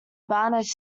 banach